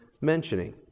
mentioning